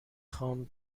خوام